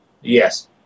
Yes